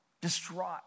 distraught